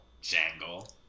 jangle